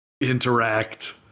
interact